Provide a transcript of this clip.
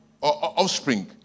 offspring